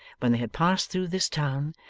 when they had passed through this town,